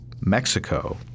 Mexico